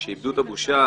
כשאיבדו את הבושה,